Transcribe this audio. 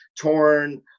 torn